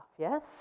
yes